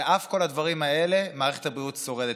על אף כל הדברים האלה מערכת הבריאות שורדת,